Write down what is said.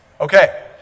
Okay